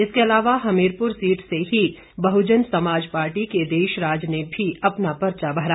इसके अलावा हमीरपुर सीट से ही बहुजन समाज पार्टी के देशराज ने भी अपना पर्चा भरा